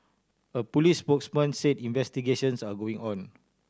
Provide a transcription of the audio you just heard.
a police spokesman said investigations are going on